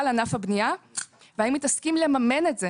ענף הבנייה והאם היא תסכים לממן את זה